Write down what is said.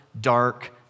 dark